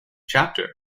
chapter